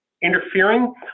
interfering